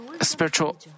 Spiritual